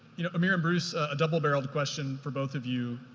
you know, amir, bruce, a double-barreled question for both of you.